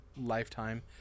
lifetime